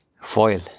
foil